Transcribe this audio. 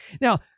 Now